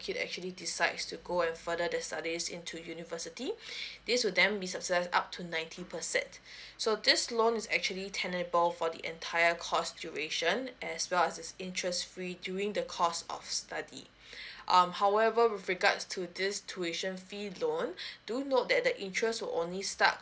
actually decides to go on further their studies into university this will then be success up to ninety percent so this loan is actually tenable for the entire course duration as well as its interest free during the course of study um however with regards to this tuition fee loan do note that the interest to only start